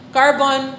carbon